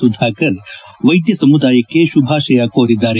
ಸುಧಾಕರ್ ವೈದ್ಯ ಸಮುದಾಯಕ್ಕೆ ಶುಭಾಶಯ ಕೋರಿದ್ದಾರೆ